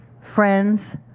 friends